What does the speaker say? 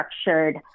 structured